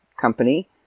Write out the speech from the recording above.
company